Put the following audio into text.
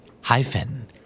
hyphen